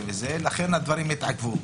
שבגלל זה הדברים התעכבו.